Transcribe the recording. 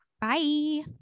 Bye